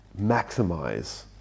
maximize